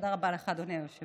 תודה רבה לך, אדוני היושב-ראש.